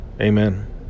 Amen